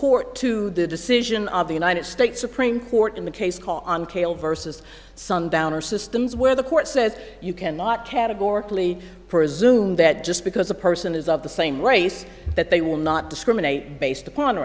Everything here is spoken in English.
court to the decision of the united states supreme court in the case call on calle versus sundowner systems where the court says you cannot categorically presume that just because a person is of the same race that they will not discriminate based upon